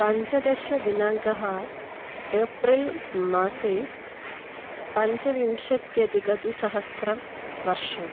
पञ्चदशदिनाङ्कः एप्रिल् मासे पञ्चविंशत्यधिकद्विसहस्रं वर्षम्